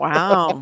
Wow